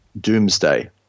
Doomsday